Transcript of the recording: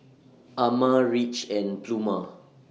Ama Ridge and Pluma